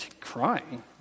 crying